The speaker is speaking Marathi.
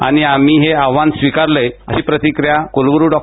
आणि आम्ही हे आव्हान स्वीकारलं आहे अशी प्रतिक्रिया कुलगुरु डॉ